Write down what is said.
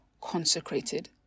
consecrated